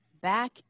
back